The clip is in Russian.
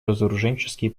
разоруженческие